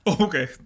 Okay